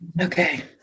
Okay